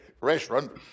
restaurant